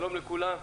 שלום לכולם.